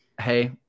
hey